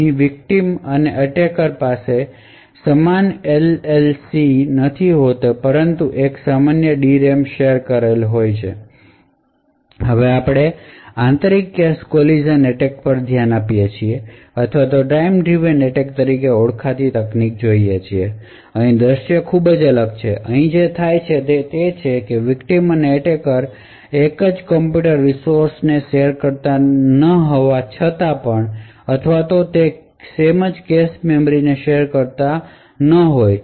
અહી વિકટીમ અને એટેકર પાસે સમાન LLC નથી હોતી પરંતુ એક સામાન્ય DRAM શેર કરેલ હોય છે હવે આપણે આંતરિક કેશ કોલીજન એટેક પર ધ્યાન આપીએ છીએ અથવા ટાઇમ ડ્રીવન એટેક તરીકે ઑળખાતી તકનિક જોઇયે અહીં દૃશ્ય ખૂબ જ અલગ છે અહીં જે થાય છે તે તે છે કે વિકટીમ અને એટેકર એક જ કમ્પ્યુટિંગ રીસોર્સને શેર ન કરતાં હોય અથવા તે કેશ મેમરી શેર ન કરતાં હોય